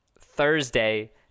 Thursday